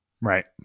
right